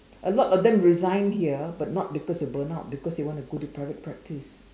a lot of them resign here but not because of burnout because they want to go to private practice